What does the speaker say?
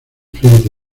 frente